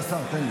די, די.